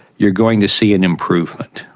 you're going to see an improvement.